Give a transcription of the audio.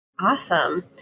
Awesome